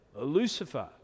Lucifer